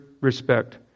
respect